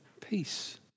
Peace